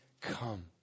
come